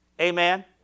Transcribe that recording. Amen